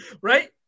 right